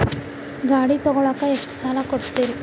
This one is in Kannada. ಗಾಡಿ ತಗೋಳಾಕ್ ಎಷ್ಟ ಸಾಲ ಕೊಡ್ತೇರಿ?